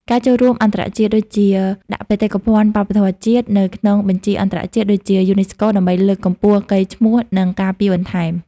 ការចូលរួមអន្តរជាតិ ដូចជាដាក់បេតិកភណ្ឌវប្បធម៌ជាតិនៅក្នុងបញ្ជីអន្តរជាតិ ដូចជា យូណេស្កូ ដើម្បីលើកកម្ពស់កេរ្តិ៍ឈ្មោះ និងការពារបន្ថែម។